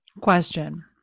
Question